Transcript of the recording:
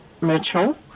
Mitchell